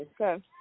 Okay